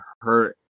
hurt